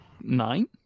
nine